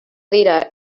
dira